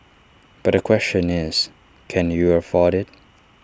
but the question is can you afford IT